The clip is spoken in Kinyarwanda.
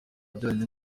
yagiranye